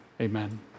amen